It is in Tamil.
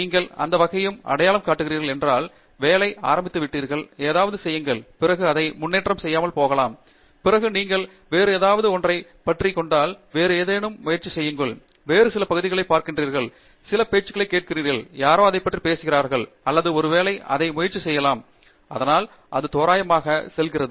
நீங்கள் எந்த வகையையும் அடையாளம் காட்டுகிறீர்கள் என்றால் வேலை செய்ய ஆரம்பித்து விட்டீர்கள் ஏதாவது செய்யுங்கள் பிறகு நீங்கள் முன்னேற்றம் செய்யாமல் போகலாம் பிறகு நீங்கள் வேறு ஏதாவது ஒன்றைப் பற்றிக் கொண்டால் வேறு ஏதேனும் முயற்சி செய்யுங்கள் வேறு சில பகுதிகளைப் பார்க்கிறீர்கள் சில பேச்சுகளைக் கேட்கிறீர்கள் யாரோ அதைப் பற்றி பேசுகிறார்களோ அல்லது ஒருவேளை நான் இதை முயற்சி செய்கிறேன் அதனால் அது வகையான தோராயமாக செல்கிறது